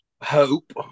Hope